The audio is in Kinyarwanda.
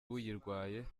uyirwaye